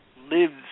lives